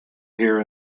here